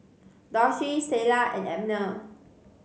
Doshie Sheilah and Abner